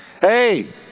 Hey